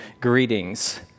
greetings